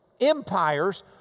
empires